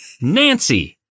Nancy